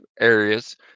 areas